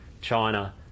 China